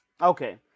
Okay